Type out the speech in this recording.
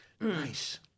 Nice